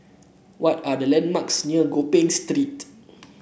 what are the landmarks near Gopeng Street